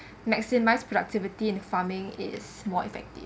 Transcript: maximise productivity in farming is more effective